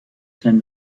sein